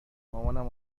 مامانم